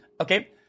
okay